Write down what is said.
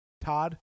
Todd